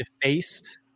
defaced